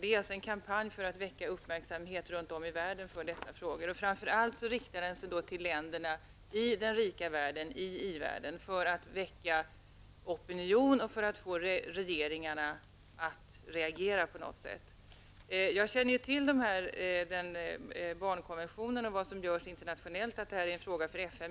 Det är alltså en kampanj för att väcka uppmärksamhet runt om i världen för dessa frågor. Framför allt riktar sig kampanjen till länder i den rika världen, i världen, för att väcka opinion och för att få regeringarna att reagera på något sätt. Jag känner till barnkonventionen och vad som görs internationellt och att detta är en fråga för FN.